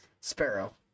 Sparrow